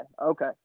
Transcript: okay